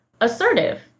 assertive